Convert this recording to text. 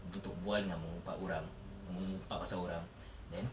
untuk bual dengan mengumpat orang mengumpat pasal orang then